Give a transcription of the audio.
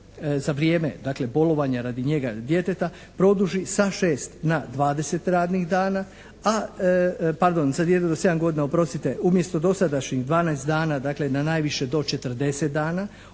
za vrijeme dakle bolovanja radi njega ili djeteta produži sa 6 na 20 radnih dana, pardon za dijete do 7 godina oprostite umjesto dosadašnjih 12 dana dakle na najviše do 40 dana,